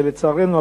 ולצערנו,